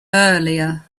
earlier